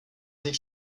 sich